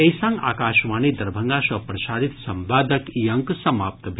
एहि संग आकाशवाणी दरभंगा सँ प्रसारित संवादक ई अंक समाप्त भेल